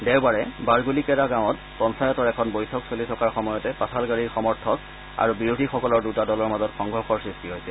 দেওবাৰে বাৰগুলীকেৰা গাঁৱত পঞ্চায়তৰ এখন বৈঠক চলি থকা সময়তে পাঠালগাড়ীৰ সমৰ্থক আৰু বিৰোধীসকলৰ দুটা দলৰ মাজত সংঘৰ্ষৰ সৃষ্টি হৈছে